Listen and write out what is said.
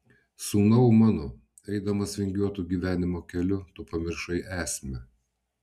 sūnau mano eidamas vingiuotu gyvenimo keliu tu pamiršai esmę